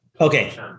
Okay